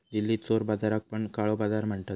दिल्लीत चोर बाजाराक पण काळो बाजार म्हणतत